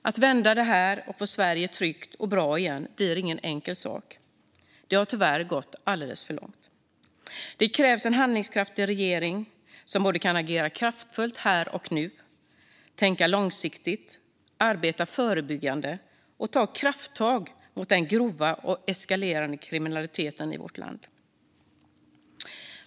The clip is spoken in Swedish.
Att vända det här och få Sverige tryggt och bra igen blir ingen enkel sak. Det har tyvärr gått alldeles för långt. Det krävs en handlingskraftig regering som kan agera kraftfullt här och nu, tänka långsiktigt, arbeta förebyggande och ta krafttag mot den grova och eskalerande kriminaliteten i vårt land.